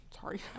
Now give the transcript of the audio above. sorry